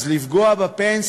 אז, לפגוע בפנסיה?